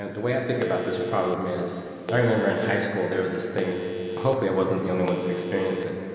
ah the way i think about this problem is i remember in high school there is this thing hopefully i wasn't the only one experienced it,